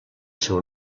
seu